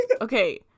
Okay